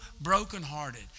brokenhearted